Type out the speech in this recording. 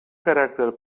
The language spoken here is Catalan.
caràcter